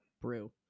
brew